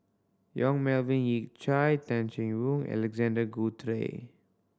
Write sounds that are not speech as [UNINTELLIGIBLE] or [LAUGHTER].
Yong Melvin Yik Chai Tay Chin [UNINTELLIGIBLE] Alexander Guthrie